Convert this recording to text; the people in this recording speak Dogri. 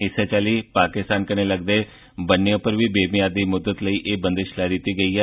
इस्सै चाल्ली कन्नै पाकिस्तान कन्नै लगदे बन्ने पर बी बेमियादी मुद्धत लेई एह् बंदिश लाई दित्ती गेई ऐ